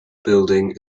building